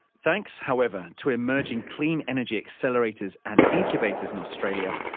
thanks, however, to emerging clean energy accelerators and incubators in australia,